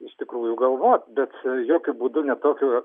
iš tikrųjų galvot bet jokiu būdu ne tokių